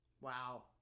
Wow